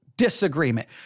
disagreement